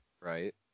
Right